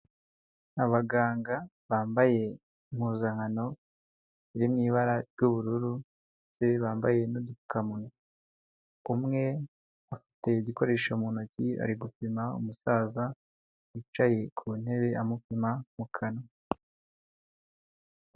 Abaganga bambaye impuzankano ziri mu ibara ry'ubururu bambaye n'udupfukamunwa, umwe afite igikoresho mu ntoki ari gupima umusaza wicaye ku ntebe amupima mu kanwa.